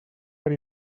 per